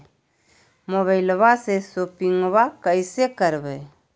मोबाइलबा से शोपिंग्बा कैसे करबै?